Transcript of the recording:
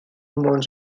months